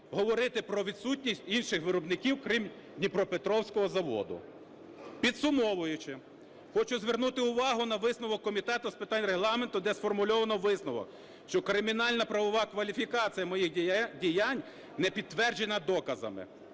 говорити про відсутність інших виробників, крім дніпропетровського заводу. Підсумовуючи, хочу звернути увагу на висновок Комітету з питань Регламенту, де сформульовано висновок, що кримінально-правова кваліфікація моїх діянь не підтверджена доказами.